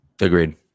agreed